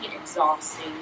exhausting